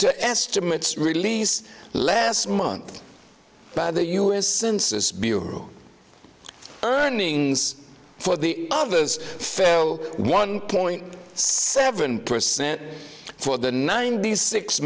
to estimates released last month by the u s census bureau earnings for the others fell one point seven percent for the ninety six